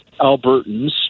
Albertans